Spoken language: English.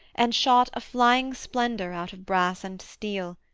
and shot a flying splendour out of brass and steel,